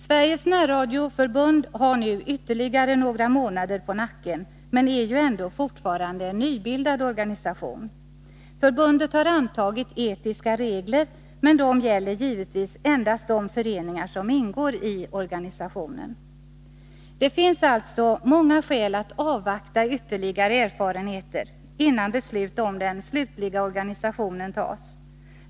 Sveriges närradioförbund har nu ytterligare några månader på nacken men är ju ändå fortfarande en nybildad organisation. Förbundet har antagit etiska regler, men dessa gäller givetvis endast de föreningar som ingår i organisationen. Det finns alltså många skäl att avvakta ytterligare erfarenheter, innan beslut om den slutliga organisationen fattas.